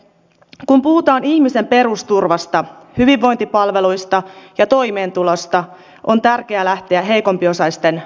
kun puhutaan ihmisen perusturvasta hyvinvointipalveluista ja toimeentulosta on tärkeää lähteä heikompiosaisten näkökulmasta